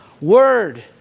word